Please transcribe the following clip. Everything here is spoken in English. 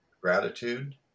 gratitude